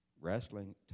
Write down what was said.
Wrestling